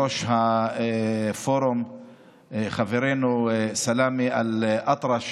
ראש הפורום חברנו סלאמה אל-אטרש,